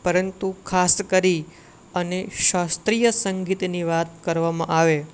પરંતુ ખાસ કરી અને શાસ્ત્રીય સંગીતની વાત કરવામાં આવે